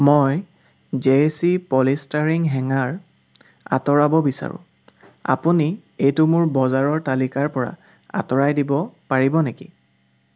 মই জেয়চী polystyrene hanger আঁতৰাব বিচাৰোঁ আপুনি এইটো মোৰ বজাৰৰ তালিকাৰ পৰা আঁতৰাই দিব পাৰিব নেকি